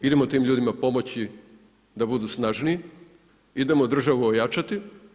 Idemo tim ljudima pomoći da budu snažniji, idemo državu ojačati.